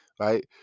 right